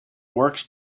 works